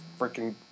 freaking